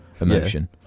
emotion